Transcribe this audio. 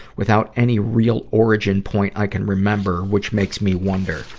without any real origin point i can remember, which makes me wonder.